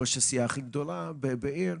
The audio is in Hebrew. ראש הסיעה הכי גדולה בעיר,